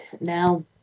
now